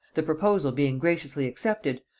the proposal being graciously accepted,